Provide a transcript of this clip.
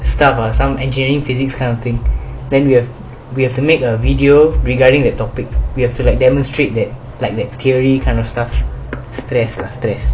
staff ah some engineering physics kind of thing then we have we have to make a video regarding the topic we have to like demonstrate that like the theory kind of stuff stress ah stress ah